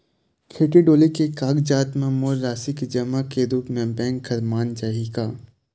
खेत डोली के कागजात म मोर राशि के जमा के रूप म बैंक हर मान जाही का?